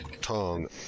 Tong